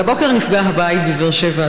אבל הבוקר נפגע הבית בבאר שבע,